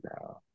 now